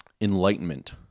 enlightenment